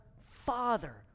Father